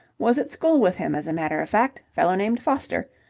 was at school with him, as a matter of fact. fellow named foster.